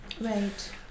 Right